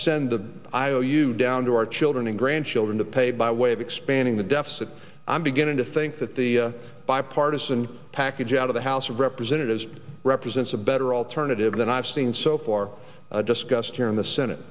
send the iou down to our children and grandchildren to pay by way of expanding the deficit i'm beginning to think that the bipartisan package out of the house of representatives represents a better alternative than i've seen so far discussed here in the senate